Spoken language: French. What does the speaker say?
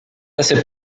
assez